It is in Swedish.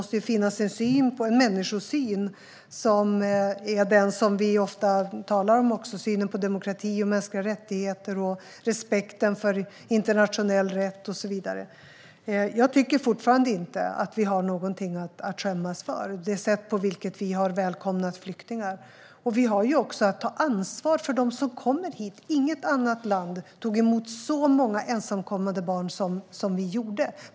Som vi ofta talar om är det väsentligt vilken människosyn och vilken syn på demokrati och mänskliga rättigheter som råder. Det måste finnas respekt för internationell rätt och så vidare. Jag tycker fortfarande inte att vi har någonting att skämmas för vad gäller det sätt på vilket vi har välkomnat flyktingar. Vi har också att ta ansvar för dem som kommer hit. Inget annat land tog emot så många ensamkommande barn per capita som vi gjorde.